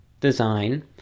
design